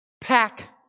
pack